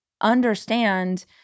understand